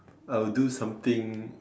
I'll do something